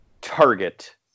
target